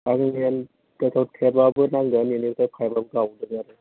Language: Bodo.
आंनि आनदासाव टेपआबो नांगोन बेनिफ्राय पाइपाबो गावदों आरो